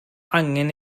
angen